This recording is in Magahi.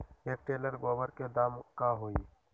एक टेलर गोबर के दाम का होई?